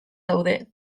daude